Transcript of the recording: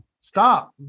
stop